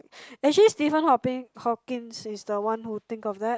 actually Stephen Hawping Hawkings is the one who think of that